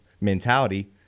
mentality